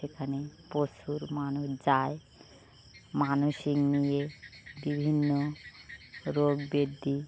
সেখানে প্রচুর মানুষ যায় মানসিক নিয়ে বিভিন্ন রোগব্যাধি